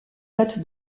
date